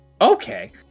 Okay